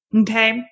okay